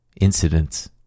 Incidents